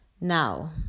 Now